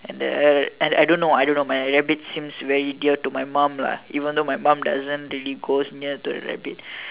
and then and I don't know I don't know my rabbit seems very dear to mom lah even though my mom doesn't really go near to the rabbit